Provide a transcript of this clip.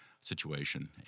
situation